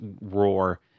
roar